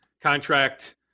contract